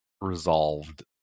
resolved